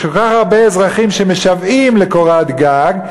יש כל כך הרבה אזרחים שמשוועים לקורת גג,